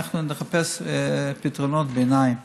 אנחנו נחפש פתרונות ביניים.